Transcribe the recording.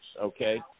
Okay